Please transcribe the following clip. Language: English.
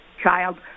child